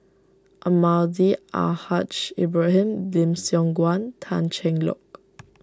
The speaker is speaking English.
Almahdi Al Haj Ibrahim Lim Siong Guan an Cheng Lock